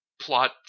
plot